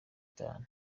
itanu